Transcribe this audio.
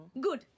Good